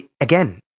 again